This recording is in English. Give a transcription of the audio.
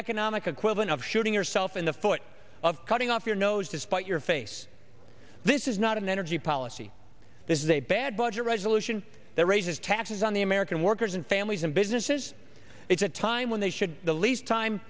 economic equivalent of shooting yourself in the foot of cutting off your nose to spite your face this is not an energy policy this is a bad budget resolution that raises taxes on the american workers and families and businesses it's a time when they should the least time